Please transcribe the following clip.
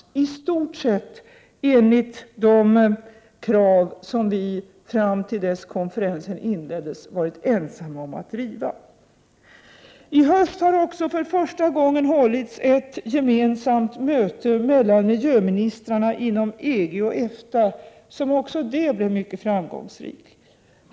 Det är i stort sett åtgärder i enlighet med de krav som vi, fram till dess konferensen inleddes, hade varit ensamma om att driva. I höst har det också för första gången hållits ett gemensamt möte mellan miljöministrarna inom EG och EFTA, som också det blev mycket framgångsrikt.